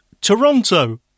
Toronto